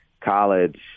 college